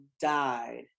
died